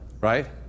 right